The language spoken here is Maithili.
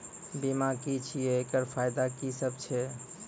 बीमा की छियै? एकरऽ फायदा की सब छै?